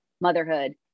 motherhood